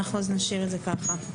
נשאיר זאת כך.